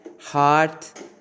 heart